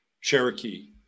Cherokee